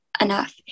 enough